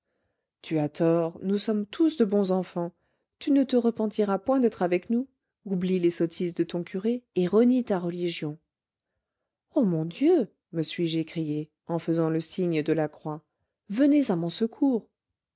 tu as tort nous sommes tous de bons enfans tu ne te repentiras point d'être avec nous oublie les sottises de ton curé et renie ta religion oh mon dieu me suis-je écrié en faisant le signe de la crois venez à mon secours